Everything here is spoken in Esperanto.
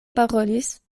parolis